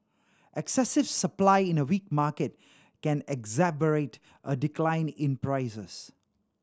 excessive supply in a weak market can exacerbate a decline in prices